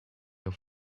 your